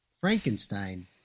Frankenstein